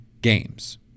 games